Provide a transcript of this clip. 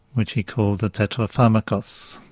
which he called the tetrapharmacos,